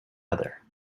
other